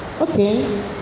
Okay